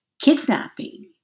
kidnapping